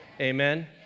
Amen